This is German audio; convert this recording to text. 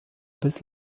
bis